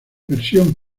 versión